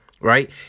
right